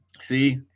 See